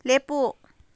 ꯂꯦꯞꯄꯨ